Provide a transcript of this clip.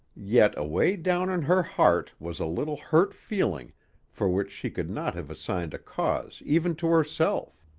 yet away down in her heart was a little hurt feeling for which she could not have assigned a cause even to herself.